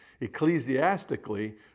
Ecclesiastically